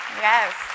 Yes